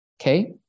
Okay